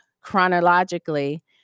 chronologically